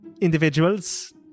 individuals